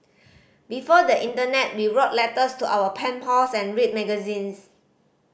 before the internet we wrote letters to our pen pals and read magazines